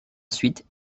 suite